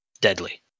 deadly